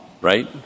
right